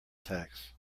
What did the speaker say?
tacks